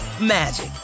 magic